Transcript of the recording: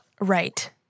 Right